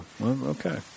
Okay